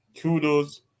Kudos